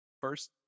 first